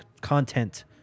content